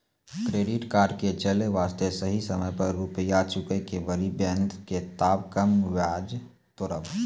Credit card के चले वास्ते सही समय पर रुपिया चुके के पड़ी बेंच ने ताब कम ब्याज जोरब?